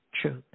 truth